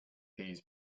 these